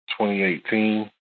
2018